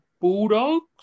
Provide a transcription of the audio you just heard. Bulldogs